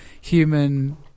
human